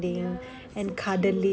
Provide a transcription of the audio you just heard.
ya it's so cute